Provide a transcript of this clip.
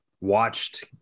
Watched